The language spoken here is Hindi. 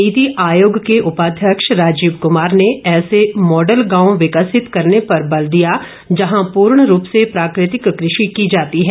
नीति आयोग के उपाध्यक्ष राजीव कुमार ने ऐसे मॉडल गांव विकसित करने पर बल दिया जहां पूर्ण रूप से प्राकृतिक कृषि की जाती है